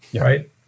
right